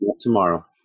tomorrow